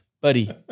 buddy